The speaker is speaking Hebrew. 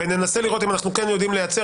וצריך למצוא